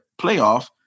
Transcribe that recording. playoff